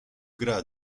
gra